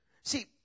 See